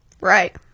Right